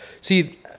See